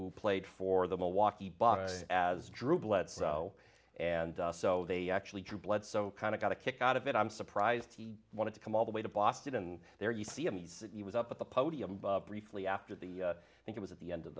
who played for them a walkie box as drew bledsoe and so they actually drew bledsoe kind of got a kick out of it i'm surprised he wanted to come all the way to boston and there you see if he was up at the podium briefly after the i think it was at the end of